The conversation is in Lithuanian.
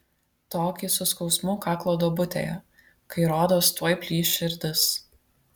tokį su skausmu kaklo duobutėje kai rodos tuoj plyš širdis